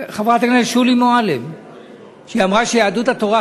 מי השמיצה?